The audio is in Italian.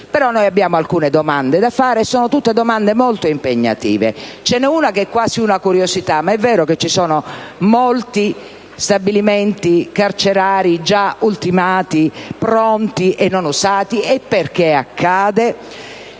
Ma noi abbiamo alcune domande da fare, e sono tutte molto impegnative. Ve ne è una che rappresenta quasi una curiosità: è vero che ci sono molti stabilimenti carcerari già ultimati, pronti e non usati? E perché ciò accade?